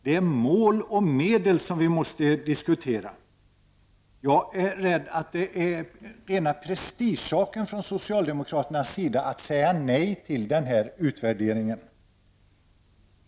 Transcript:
Det är mål och medel som vi måste diskutera. Jag är rädd att det är en ren prestigesak från socialdemokraterna att säga nej till en utvärdering.